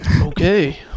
Okay